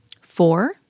four